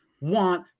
want